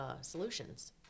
solutions